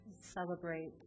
celebrate